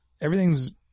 everything's